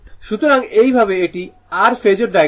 সুতরাং এইভাবে এটি r ফেজোর ডায়াগ্রাম